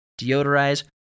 deodorize